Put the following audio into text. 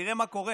תראה מה קורה.